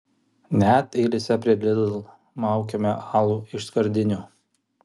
net eilėse prie lidl maukiame alų iš skardinių